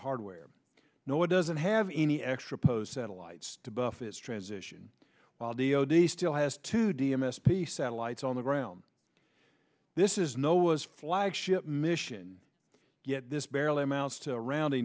hardware no it doesn't have any extra post satellites to buffet's transition while d o d still has to d m s be satellites on the ground this is no was flagship mission yet this barely amounts to a round